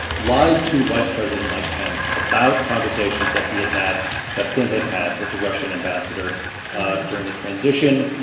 lied to vice president mike pence about conversations that he had had that flynn had had with the russian ambassador during the transition.